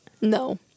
no